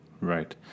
Right